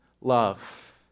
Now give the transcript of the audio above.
love